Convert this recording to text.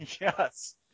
Yes